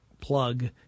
plug